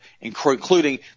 including